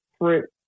fruit